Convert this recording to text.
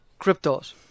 cryptos